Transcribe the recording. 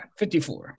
54